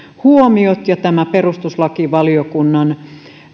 huomiot ja tämä perustuslakivaliokunnan